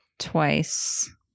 Twice